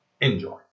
Enjoy